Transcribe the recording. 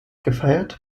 gefeiert